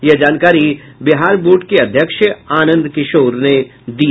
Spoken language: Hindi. यह जानकारी बिहार बोर्ड के अध्यक्ष आनंद किशोर ने दी